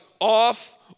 off